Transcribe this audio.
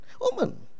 woman